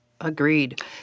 Agreed